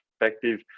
perspective